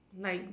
like